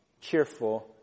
cheerful